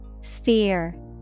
Sphere